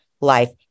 life